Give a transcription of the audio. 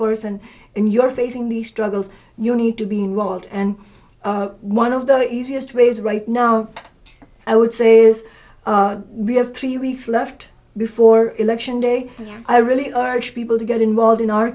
person and you are facing the struggles you need to be involved and one of the easiest ways right now i would say is we have three weeks left before election day i really urge people to get involved in our